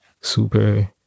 super